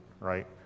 right